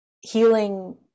healing